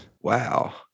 wow